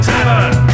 Tavern